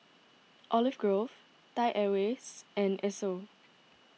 Olive Grove Thai Airways and Esso